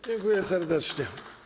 Dziękuję serdecznie.